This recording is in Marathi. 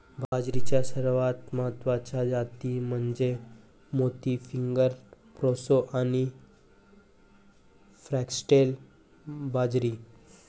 बाजरीच्या सर्वात महत्वाच्या जाती म्हणजे मोती, फिंगर, प्रोसो आणि फॉक्सटेल बाजरी